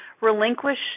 relinquish